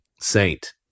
saint